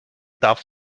darf